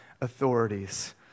authorities